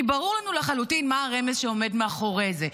כי ברור לנו לחלוטין מהו הרמז שעומד מאחורי זה.